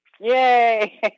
Yay